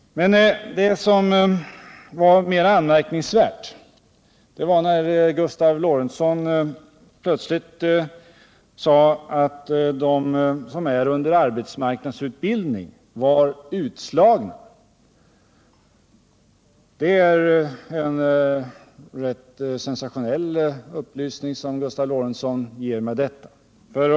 Det som var mera anmärkningsvärt var att Gustav Lorentzon plötsligt sade att de som är under arbetsmarknadsutbildning var utslagna. Det är en rätt sensationell upplysning som Gustav Lorentzon ger med detta.